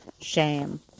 shame